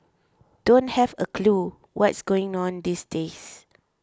don't have a clue what's going on these days